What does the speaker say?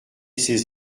ses